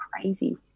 crazy